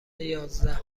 یازده